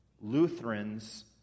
Lutherans